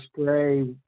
spray